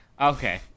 okay